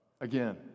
again